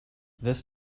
this